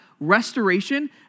restoration